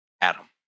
Adam